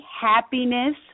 happiness